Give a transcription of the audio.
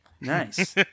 Nice